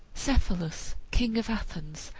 cephalus, king of athens,